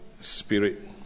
spirit